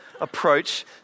approach